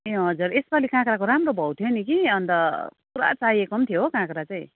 ए हजुर यसपालि काँक्राको राम्रो भाउ थियो नि कि अन्त पुरा चाहिएको पनि थियो हो काँक्रा चाहिँ